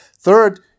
third